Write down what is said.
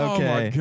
Okay